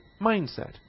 mindset